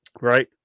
Right